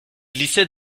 glissait